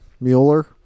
Mueller